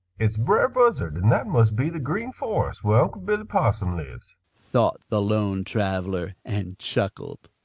it's brer buzzard and that must be the green forest where unc' billy possum lives, thought the lone traveler, and chuckled.